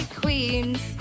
queens